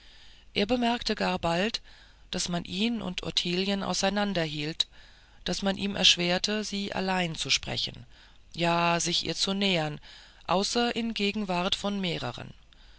er bemerkte gar bald daß man ihn und ottilien auseinanderhielt daß man ihm erschwerte sie allein zu sprechen ja sich ihr zu nähern außer in gegenwart von mehreren